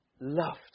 loved